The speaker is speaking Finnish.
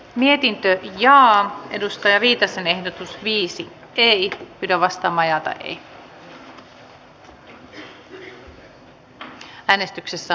mietintö linjaa edustajaviitasen ehdotus viisi eikä pidä vasta maj äänestysjärjestys hyväksyttiin